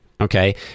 okay